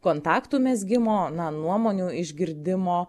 kontaktų mezgimo na nuomonių išgirdimo